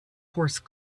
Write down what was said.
horse